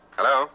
Hello